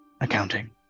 accounting